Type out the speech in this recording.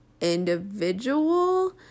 individual